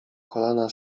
kolana